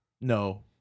No